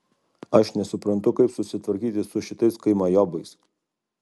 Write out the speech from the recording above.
aš nesuprantu kaip susitvarkyti su šitais kaimajobais